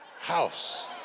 house